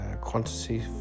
quantity